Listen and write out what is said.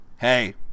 hey